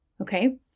Okay